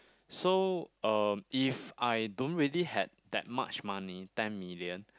so um if I don't really have that much money ten million